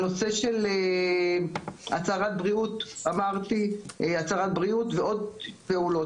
גם נושא הצהרת הבריאות ועוד פעולות.